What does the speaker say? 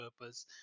purpose